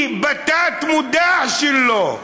כי בתת-מודע שלו,